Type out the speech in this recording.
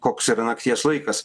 koks yra nakties laikas